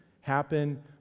happen